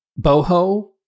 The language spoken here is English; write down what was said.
boho